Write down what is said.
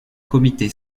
comité